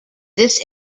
this